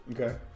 Okay